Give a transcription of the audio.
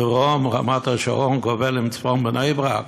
דרום רמת-השרון גובלת עם צפון בני-ברק,